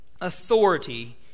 authority